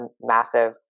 massive